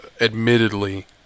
admittedly